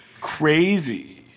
crazy